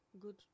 Good